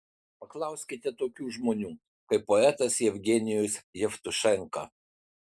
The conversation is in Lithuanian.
paklauskite tokių žmonių kaip poetas jevgenijus jevtušenka